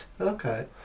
Okay